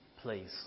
please